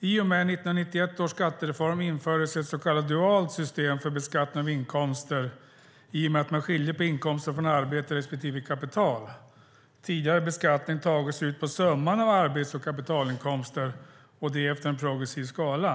I och med 1991 års skattereform infördes ett så kallat dualt system för beskattning av inkomster i och med att man skilde på inkomster från arbete respektive kapital. Tidigare hade beskattning tagits ut på summan av arbets och kapitalinkomster efter en progressiv skala.